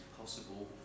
possible